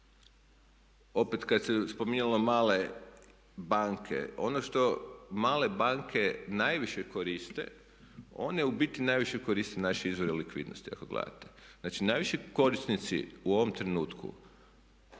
opet kad se spominjalo male banke, ono što male banke najviše koriste, one u biti najviše koriste naše izvore likvidnosti ako gledate. Znači, najviše korisnici u ovom trenutku